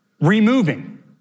removing